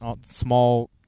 small